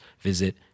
visit